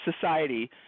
society